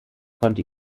konnte